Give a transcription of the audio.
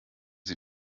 sie